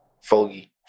Foggy